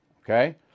Okay